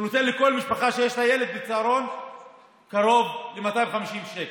מה שנותן לכל משפחה שיש לה ילד בצהרון קרוב ל-250 שקל,